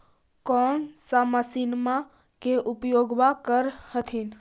कौन सा मसिन्मा मे उपयोग्बा कर हखिन?